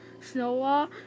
Snowball